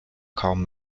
kaum